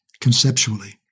conceptually